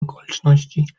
okoliczności